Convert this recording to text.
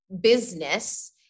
business